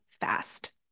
fast